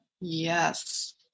Yes